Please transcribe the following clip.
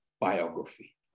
biography